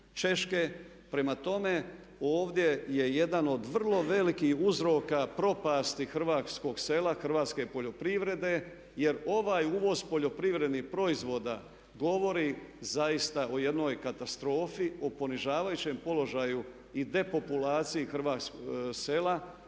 Češke. Prema tome, ovdje je jedan od vrlo velikih uzroka propasti hrvatskog sela, hrvatske poljoprivrede jer ovaj uvoz poljoprivrednih proizvoda govori zaista o jednoj katastrofi, o ponižavajućem položaju i depopulaciji hrvatskog sela